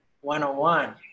one-on-one